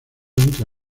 entre